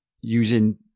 using